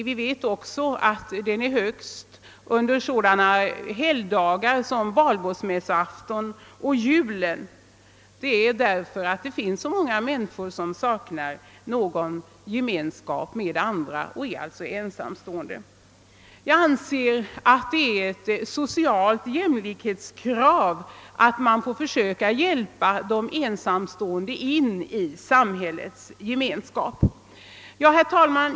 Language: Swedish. Vi vet också att särskilt många självmord inträffar just vid sådana helger som valborgsmässoafton och julen, därför att så många människor då saknar gemenskap med andra. Jag anser att det är ett socialt jämlikhetskrav att man försöker hjälpa de ensamstående in i samhällets gemenskap. Herr talman!